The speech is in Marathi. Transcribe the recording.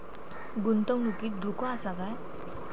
गुंतवणुकीत धोको आसा काय?